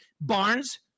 Barnes